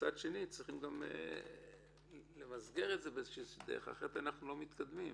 מצד שני צריך למסגר את זה כי אחרת אנחנו לא מתקדמים.